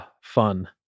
fun